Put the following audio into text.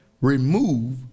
remove